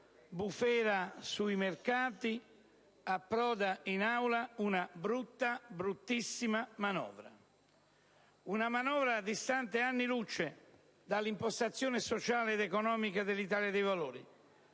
bufera sui mercati, approda in Aula una brutta, bruttissima manovra. Si tratta di una manovra distante anni luce dall'impostazione sociale ed economica dell'Italia dei Valori,